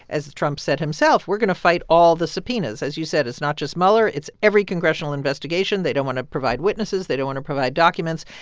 as trump said himself, we're going to fight all the subpoenas as you said, it's not just mueller. it's every congressional investigation. they don't want to provide witnesses. they don't want to provide documents.